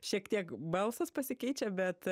šiek tiek balsas pasikeičia bet